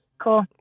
Cool